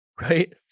Right